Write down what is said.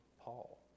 Paul